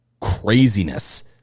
craziness